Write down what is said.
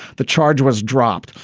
the charge was dropped,